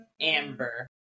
amber